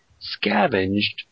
scavenged